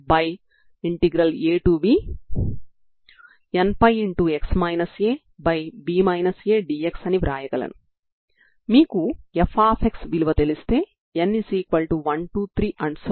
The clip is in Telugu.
utt c2uxx 0 ను మనం తరంగ సమీకరణం గా తీసుకున్నాము